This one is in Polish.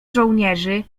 żołnierzy